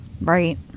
right